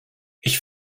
ich